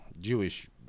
Jewish